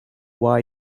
why